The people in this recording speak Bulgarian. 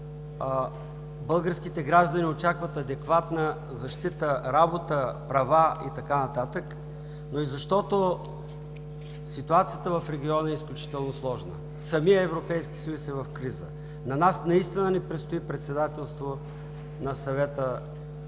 българските граждани очакват адекватна защита, работа, права и така нататък, но и защото ситуацията в региона е изключително сложна. Самият Европейски съюз е в криза. На нас наистина ни предстои председателство на Съвета на